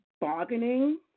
bargaining